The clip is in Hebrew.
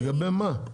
לגבי מה?